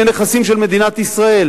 אלה נכסים של מדינת ישראל,